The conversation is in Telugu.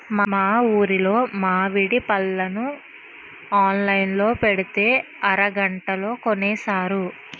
మా ఊరులో మావిడి పళ్ళు ఆన్లైన్ లో పెట్టితే అరగంటలో కొనేశారు